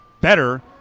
better